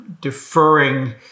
deferring